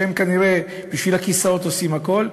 שהם כנראה בשביל הכיסאות עושים הכול,